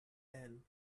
ann